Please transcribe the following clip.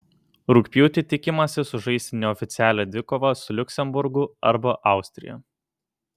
rugpjūtį tikimasi sužaisti neoficialią dvikovą su liuksemburgu arba austrija